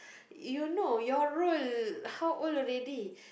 you know your role how old already